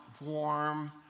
warm